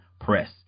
Press